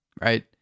right